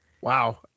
wow